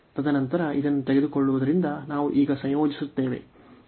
ತದನಂತರ ಇದನ್ನು ತೆಗೆದುಕೊಳ್ಳುವುದರಿಂದ ನಾವು ಈಗ ಸಂಯೋಜಿಸುತ್ತೇವೆ